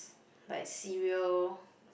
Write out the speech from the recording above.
like serial